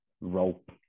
rope